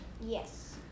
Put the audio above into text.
Yes